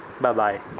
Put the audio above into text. bye-bye